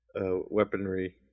weaponry